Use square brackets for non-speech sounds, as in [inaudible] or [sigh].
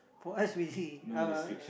for us we [laughs] uh